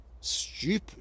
stupid